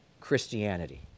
Christianity